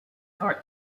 for